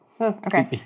Okay